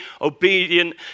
obedient